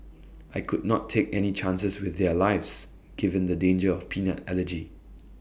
I could not take any chances with their lives given the danger of peanut allergy